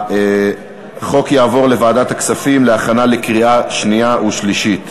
החוק יעבור לוועדת הכספים להכנה לקריאה שנייה ושלישית.